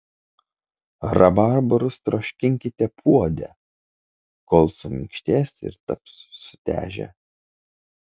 rabarbarus troškinkite puode kol suminkštės ir taps sutežę